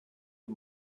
you